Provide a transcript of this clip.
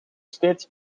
steeds